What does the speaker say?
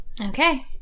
Okay